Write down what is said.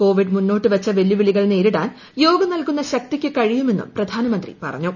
Covid മുന്നോട്ടുവച്ച വെല്ലുവിളികൾ നേരിടാൻ യോഗ നൽകുന്ന ശക്തിക്ക് കഴിയുമെന്നും പ്രധാനമന്ത്രി പറഞ്ഞു